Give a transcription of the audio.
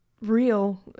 real